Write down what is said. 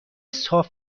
صاف